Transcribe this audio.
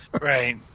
Right